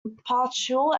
impartial